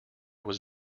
was